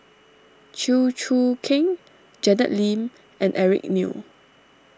Chew Choo Keng Janet Lim and Eric Neo